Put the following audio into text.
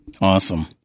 Awesome